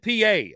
PA